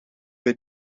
bij